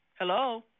Hello